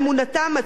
מצפונם,